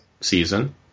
season